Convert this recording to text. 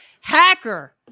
hacker